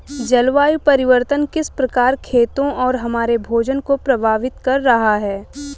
जलवायु परिवर्तन किस प्रकार खेतों और हमारे भोजन को प्रभावित कर रहा है?